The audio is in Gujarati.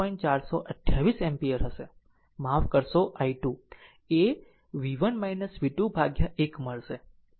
428 એમ્પીયર હશે માફ કરશો i 2 એ v1 v2 ભાગ્યા 1 મળશે